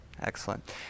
Excellent